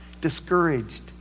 Discouraged